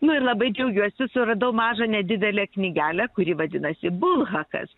nu ir labai džiaugiuosi suradau mažą nedidelę knygelę kuri vadinasi bulhakas